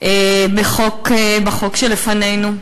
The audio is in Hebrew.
החוק שלפנינו,